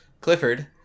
Clifford